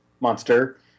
Monster